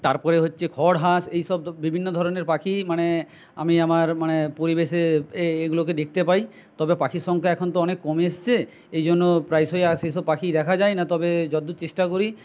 তারপরে হচ্ছে খড়হাঁস এইসব বিভিন্ন ধরনের পাখি মানে আমি আমার মানে পরিবেশে এগুলোকে দেখতে পাই তবে পাখির সংখ্যা এখন তো অনেক কমে এসছে এই জন্য প্রায়শই আর সেই সব পাখি দেখা যায় না তবে যদ্দূর চেষ্টা করি